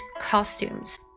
costumes